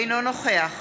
אינו נוכח